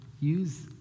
use